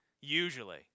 Usually